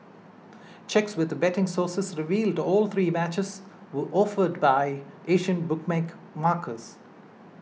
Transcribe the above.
checks with betting sources revealed all three matches were offered by Asian bookmaker markers